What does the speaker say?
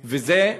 וזה,